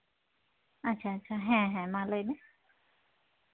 ᱟᱪᱪᱷᱟ ᱟᱪᱪᱷᱟ ᱦᱮᱸ ᱦᱮᱸ ᱢᱟ ᱞᱟᱹᱭᱢᱮ